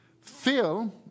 Phil